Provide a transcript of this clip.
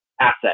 asset